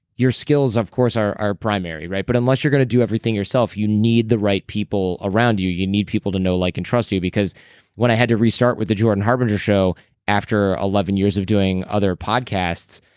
your skills of course are are primary, right? but unless you're going to do everything yourself, you need the right people around you. you need people to know, like, and trust you. because when i had to start with the jordan harbinger show after eleven years of doing other podcasts,